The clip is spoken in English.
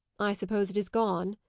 i suppose it is gone?